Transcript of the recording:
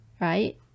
right